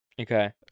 Okay